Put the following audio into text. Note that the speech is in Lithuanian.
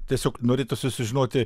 tiesiog norėtųsi sužinoti